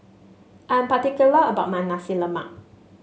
I'm particular about my Nasi Lemak